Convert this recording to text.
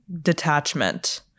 detachment